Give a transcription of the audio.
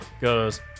goes